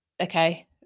Okay